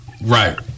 right